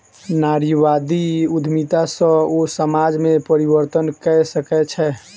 नारीवादी उद्यमिता सॅ ओ समाज में परिवर्तन कय सकै छै